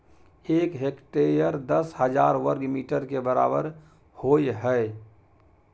एक हेक्टेयर दस हजार वर्ग मीटर के बराबर होय हय